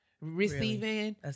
Receiving